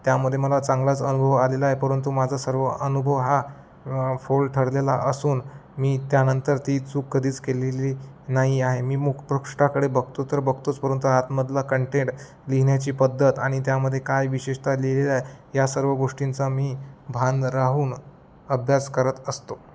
त्यामध्ये मला चांगलाच अनुभव आलेला आहे परंतु माझा सर्व अनुभव हा फोल ठरलेला असून मी त्यानंतर ती चूक कधीच केलेली नाही आहे मी मुखपृष्ठाकडे बघतो तर बघतोच परंतु आतमधला कंटेंट लिहिण्याची पद्धत आणि त्यामध्ये काय विशेषत लिहिलेला आहे या सर्व गोष्टींचा मी भान राहून अभ्यास करत असतो